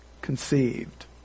conceived